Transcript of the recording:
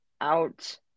out